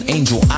Angel